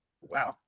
Wow